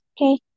Okay